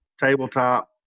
tabletop